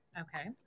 Okay